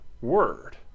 word